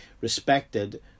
respected